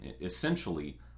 essentially